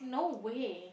no way